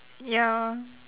ya